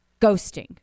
Ghosting